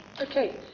Okay